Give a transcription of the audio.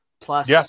plus